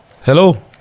Hello